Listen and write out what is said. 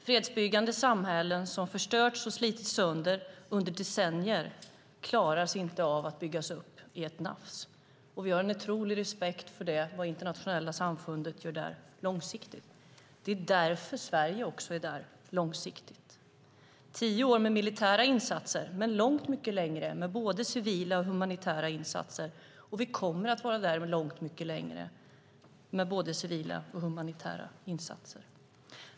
Fredsbyggande i ett samhälle som förstörts och slitits sönder under decennier går inte att göra i ett nafs. Vi har en otrolig respekt för vad det internationella samfundet gör där långsiktigt. Det är därför som Sverige också är där långsiktigt. Det har varit tio år med militära insatser men mycket längre tid med både civila och humanitära insatser. Och vi kommer att vara där mycket längre med både civila och humanitära insatser.